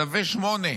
צווי 8,